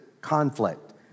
conflict